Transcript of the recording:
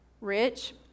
rich